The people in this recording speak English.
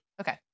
Okay